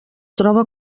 troba